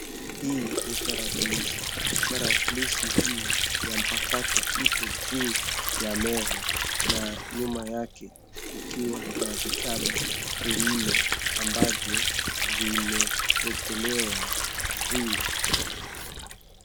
Hii ni tarakilishi, tarakilishi hii ya mpakato ipo juu ya meza na nyuma yake kukiwa na vitabu vinne ambavyo vimewekelewa juu.